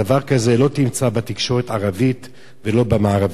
דבר כזה לא תמצא בתקשורת הערבית ולא במערבית".